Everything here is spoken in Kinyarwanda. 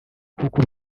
nk’uko